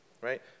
right